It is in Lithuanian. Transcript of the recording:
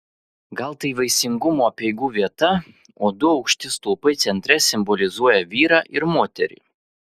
gal tai vaisingumo apeigų vieta o du aukšti stulpai centre simbolizuoja vyrą ir moterį